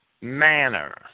manner